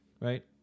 Right